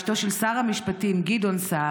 אשתו של שר המשפטים גדעון סער,